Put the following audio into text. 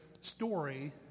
story